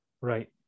Right